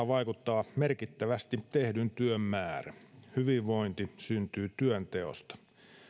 vaikuttaa merkittävästi tehdyn työn määrä hyvinvointi syntyy työnteosta